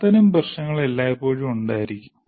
അത്തരം പ്രശ്നങ്ങൾ എല്ലായ്പ്പോഴും ഉണ്ടായിരിക്കും